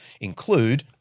include